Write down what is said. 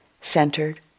centered